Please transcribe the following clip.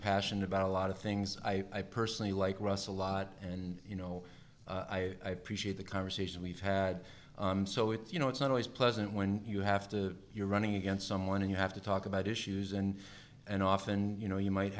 passionate about a lot of things i personally like russell a lot and you know i appreciate the conversation we've had so it's you know it's not always pleasant when you have to you're running against someone and you have to talk about issues and and often you know you might